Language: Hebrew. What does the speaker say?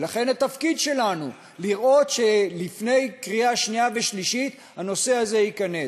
ולכן התפקיד שלנו הוא לראות שלפני קריאה שנייה ושלישית הנושא הזה ייכנס.